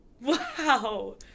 Wow